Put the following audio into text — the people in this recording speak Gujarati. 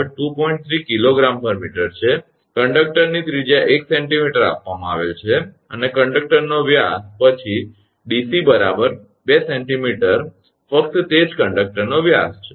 3 𝐾𝑔 𝑚 છે કંડક્ટરની ત્રિજ્યા 1 𝑐𝑚 આપવામાં આવેલ છે અને કંડક્ટરનો વ્યાસ પછી 𝑑𝑐 2 𝑐𝑚 ફક્ત તે જ કંડક્ટરનો વ્યાસ છે